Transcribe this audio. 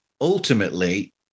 ultimately